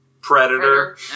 Predator